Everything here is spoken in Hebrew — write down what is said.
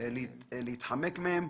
להתחמק מהם.